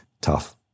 Tough